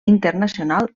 internacional